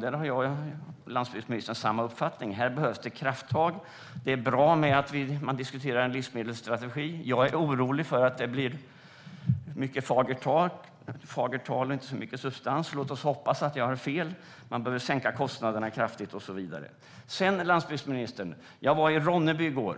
Där har jag och landsbygdsministern samma uppfattning. Här behövs krafttag. Det är bra att man diskuterar en livsmedelsstrategi. Jag är orolig för att det blir mycket fagert tal och inte så mycket substans, men jag hoppas att jag har fel. Man behöver sänka kostnaderna kraftigt och så vidare. Jag var i Ronneby i går